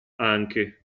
anche